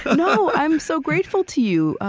no, i'm so grateful to you,